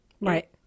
Right